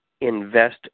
invest